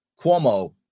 Cuomo